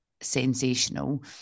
sensational